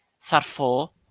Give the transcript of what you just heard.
Sarfo